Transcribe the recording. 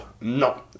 No